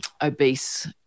obese